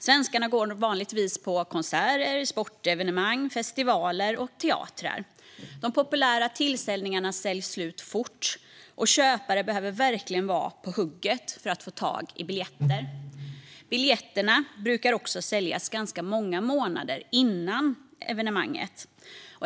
Det är vanligt att svenskarna går på konserter, sportevenemang, festivaler och teatrar. De populära tillställningarna säljs fort slut, och köpare behöver verkligen vara på hugget för att få tag i biljetter. Biljetterna brukar också säljas ganska många månader före evenemanget.